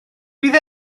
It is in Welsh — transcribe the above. bydd